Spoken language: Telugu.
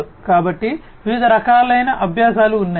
కాబట్టి వివిధ రకాలైన అభ్యాసాలు ఉన్నాయి